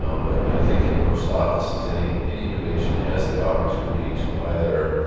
um but i think in most offices, any any new agent has the opportunity to either